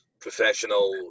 professional